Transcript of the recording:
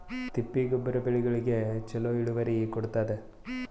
ತಿಪ್ಪಿ ಗೊಬ್ಬರ ಬೆಳಿಗೋಳಿಗಿ ಚಲೋ ಇಳುವರಿ ಕೊಡತಾದ?